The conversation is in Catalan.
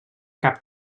cap